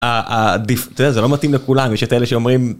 עדיף זה זה לא מתאים לכולנו שאת אלה שאומרים.